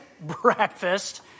breakfast